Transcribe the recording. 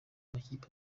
amakipe